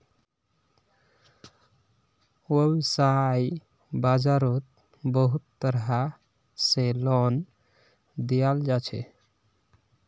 वैव्साय बाजारोत बहुत तरह से लोन दियाल जाछे